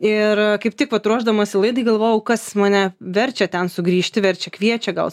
ir kaip tik vat ruošdamasi laidai galvojau kas mane verčia ten sugrįžti verčia kviečia gal